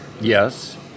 Yes